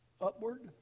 Upward